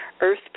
Earth